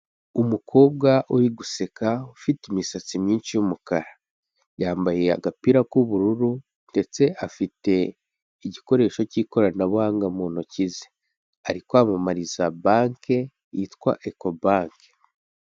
Umukobwa uri guseka ufite imisatsi myinshi y'umukara, yambaye agapira k'ubururu ndetse afite igikoresho cy'ikoranabuhanga mu ntoki ze ari kwamamariza banki yitwa Eko banki.